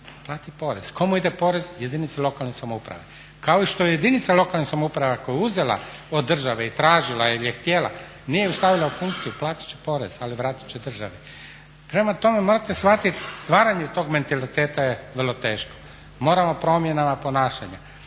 Plati porez. Komu ide porez, jedinici lokalne samouprave. Kao što jedinica lokalne samouprave ako je uzela od države i tražila jer je htjela nije stavila u funkciju platit će porez, ali vratit će državi. Prema tome morate shvatit, stvaranje tog mentaliteta je vrlo teško. Moramo promjenama ponašanja,